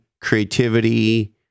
creativity